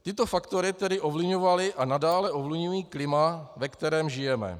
Tyto faktory tedy ovlivňovaly a nadále ovlivňují klima, ve kterém žijeme.